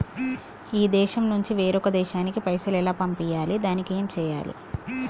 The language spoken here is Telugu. ఈ దేశం నుంచి వేరొక దేశానికి పైసలు ఎలా పంపియ్యాలి? దానికి ఏం చేయాలి?